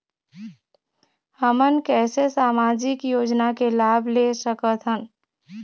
हमन कैसे सामाजिक योजना के लाभ ले सकथन?